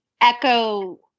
echo